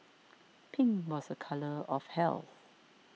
pink was a colour of health